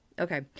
Okay